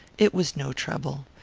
it was no trouble.